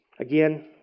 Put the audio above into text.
Again